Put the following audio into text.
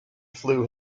flew